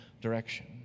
direction